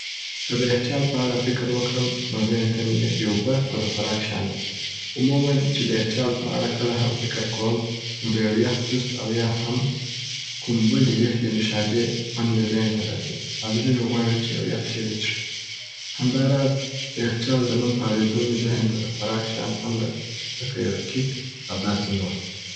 که د یخچال په اړه فکر وکړم نو ذهن ته مي یخي اوبه او د خوراک شیان راځي. عموماً چې د یخچال په اړه کله هم فکر کوم نو د یو یخ جوس او یا هم کوم بلي یخي نوشابې خوند مي ذهن ته راځي او زړه مي غواړي چې یو یخ شی وڅښم. همدا راز د یخچال د نوم په اوریدو مي ذهن ته د خوراک شیان هم راځي لکه یو کیک او داسي نور.